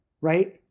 right